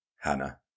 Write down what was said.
Hannah